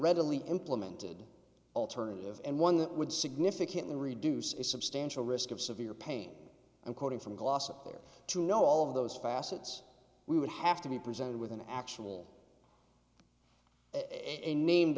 readily implemented alternative and one that would significantly reduce its substantial risk of severe pain and quoting from glossop there to know all of those facets we would have to be presented with an actual it named